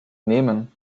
nehmen